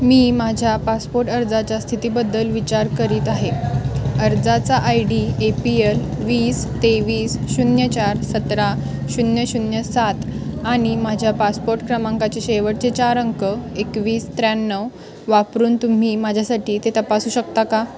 मी माझ्या पासपोर्ट अर्जाच्या स्थितीबद्दल विचार करीत आहे अर्जाचा I D A P L वीस तेवीस शून्य चार सतरा शून्य शून्य सात आणि माझ्या पासपोर्ट क्रमांकाचे शेवटचे चार अंक एकवीस त्र्याण्णव वापरून तुम्ही माझ्यासाठी ते तपासू शकता का